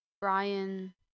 Brian